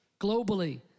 globally